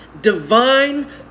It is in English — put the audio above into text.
divine